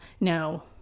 No